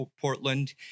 Portland